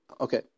Okay